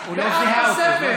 הוא לא זיהה אותו.